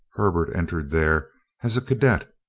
herbert entered there as a cadet,